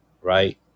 right